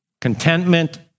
Contentment